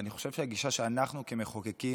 ואני חושב שהיא הגישה שאנחנו כמחוקקים